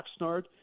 Oxnard